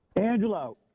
Angelo